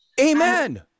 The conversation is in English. amen